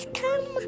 come